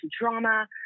drama